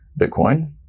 Bitcoin